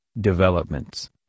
developments